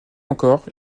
encore